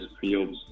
Fields